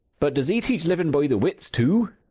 but does he teach living by the wits too?